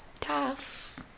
tough